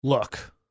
Look